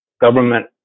government